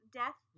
death